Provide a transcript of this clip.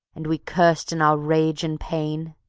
and we cursed in our rage and pain?